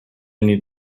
need